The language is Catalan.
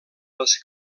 les